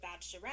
Bachelorette